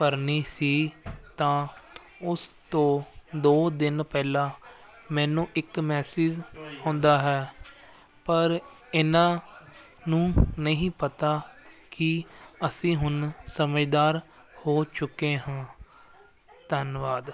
ਭਰਨੀ ਸੀ ਤਾਂ ਉਸ ਤੋਂ ਦੋ ਦਿਨ ਪਹਿਲਾਂ ਮੈਨੂੰ ਇੱਕ ਮੈਸੇਜ ਹੁੰਦਾ ਹੈ ਪਰ ਇਹਨਾਂ ਨੂੰ ਨਹੀਂ ਪਤਾ ਕਿ ਅਸੀਂ ਹੁਣ ਸਮਝਦਾਰ ਹੋ ਚੁੱਕੇ ਹਾਂ ਧੰਨਵਾਦ